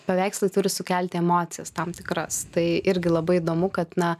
paveikslai turi sukelti emocijas tam tikras tai irgi labai įdomu kad na